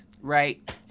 right